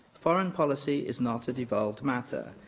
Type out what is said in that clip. foreign policy is not a devolved matter.